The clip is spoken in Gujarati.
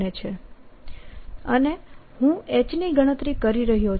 અને હું H ની ગણતરી કરી રહ્યો છું